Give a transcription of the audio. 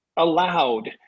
allowed